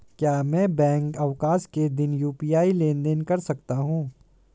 क्या मैं बैंक अवकाश के दिन यू.पी.आई लेनदेन कर सकता हूँ?